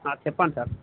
sir చెప్పండి sir